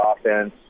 offense